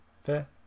Fair